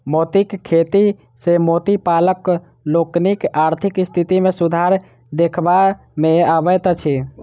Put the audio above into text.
मोतीक खेती सॅ मोती पालक लोकनिक आर्थिक स्थिति मे सुधार देखबा मे अबैत अछि